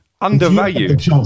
undervalued